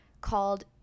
Called